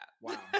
Wow